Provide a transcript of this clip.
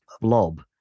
blob